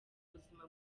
ubuzima